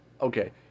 okay